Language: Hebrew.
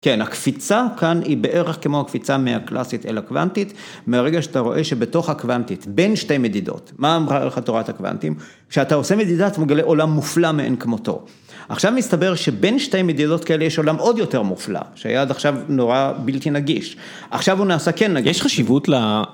‫כן, הקפיצה כאן היא בערך ‫כמו הקפיצה מהקלאסית אל הקוונטית, ‫מהרגע שאתה רואה שבתוך הקוונטית, ‫בין שתי מדידות, ‫מה אמרה לך תורת הקוונטים? ‫כשאתה עושה מדידה, ‫אתה מגלה עולם מופלא ‫מעין כמותו. ‫עכשיו מסתבר שבין שתי מדידות כאלה ‫יש עולם עוד יותר מופלא, ‫שהיה עד עכשיו נורא בלתי נגיש. ‫עכשיו הוא נעשה כן נגיש ...‫ יש חשיבות ל...